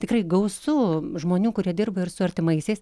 tikrai gausu žmonių kurie dirba ir su artimaisiais